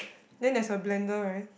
then there's a blender right